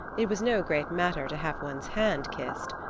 it was no great matter to have one's hand kissed.